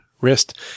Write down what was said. wrist